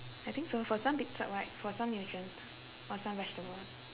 I think so for some right for some nutrients for some vegetables